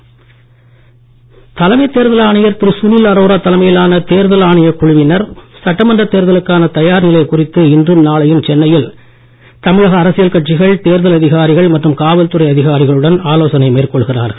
தேர்தல்ஆணையம் தலைமை தேர்தல் ஆணையர் திரு சுனில் அரோரா தலைமையிலான தேர்தல் ஆணையக் குழுவினர் சட்டமன்ற தேர்தலுக்கான தயார் நிலை குறித்து இன்றும் நாளையும் சென்னையில் தமிழக அரசியல் கட்சிகள் மற்றும் தேர்தல் அதிகாரிகள் மற்றும் காவல்துறை அதிகாரிகளுடன் ஆலோசனை மேற்கொள்கிறார்கள்